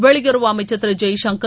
வெளியுறவு அமைச்சர் திரு ஜெய்சங்கர்